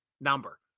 number